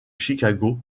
chicago